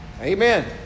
Amen